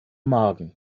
magen